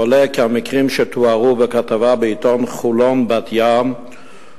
עולה כי המקרים שתוארו בכתבה בעיתון "חולון בת-ים"